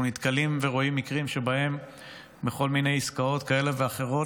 אנחנו נתקלים ורואים מקרים שבהם בכל מיני עסקאות כאלה ואחרות,